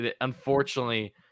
unfortunately